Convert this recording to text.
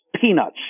peanuts